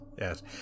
yes